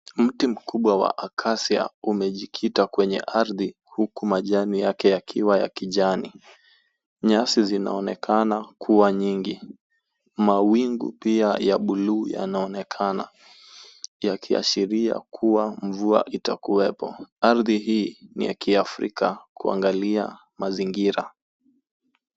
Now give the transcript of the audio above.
Mti mkubwa wa Acacia umejikita kwenye ardhi, huku majani yake yakiwa ya kijani. Nyasi zinaonekana kuwa nyingi. Mawingu pia ya bluu yanaonekana, yakiashiria kuwa mvua itakuwepo. Ardhi hii ni ya kiafrika kuangalia mazingira.